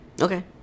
Okay